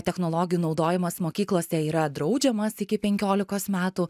technologijų naudojimas mokyklose yra draudžiamas iki penkiolikos metų